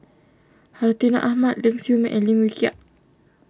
Hartinah Ahmad Ling Siew May and Lim Wee Kiak